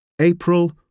April